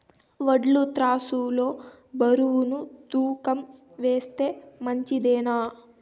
వడ్లు త్రాసు లో బరువును తూకం వేస్తే మంచిదేనా?